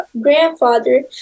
grandfather